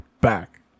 back